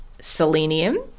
selenium